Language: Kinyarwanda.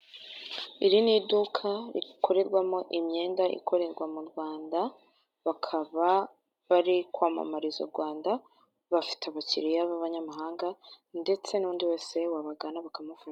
Iri ni iduka rikorerwamo imyenda ikorerwa mu Rwanda, bakaba bari kwamamariza u Rwanda, bafite abakiliya b'abanyamahanga ndetse n'undi wese wabagana bakamufasha.